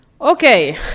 Okay